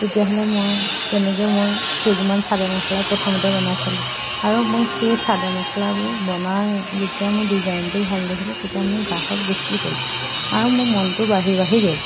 তেতিয়াহ'লে মই তেনেকে মই কেইযোৰমান চাদৰ মেখেলাই প্ৰথমতে বনাই চালোঁ আৰু মই সেই চাদৰ মেখেলাবোৰ বনাই যেতিয়া মোৰ ডিজাইনটো ভাল দেখিলে তেতিয়া মোৰ গ্ৰাহক বেছি হ'ল আৰু মোৰ মনটো বাঢ়ি বাঢ়ি গ'ল